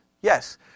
Yes